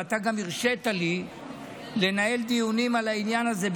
ואתה גם הרשית לי לנהל דיונים על העניין הזה,